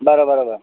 बरो बरोबर